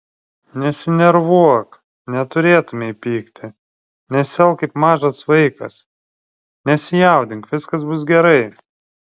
nesinervuok neturėtumei pykti nesielk kaip mažas vaikas nesijaudink viskas bus gerai